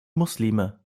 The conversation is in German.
muslime